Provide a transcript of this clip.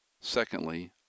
Secondly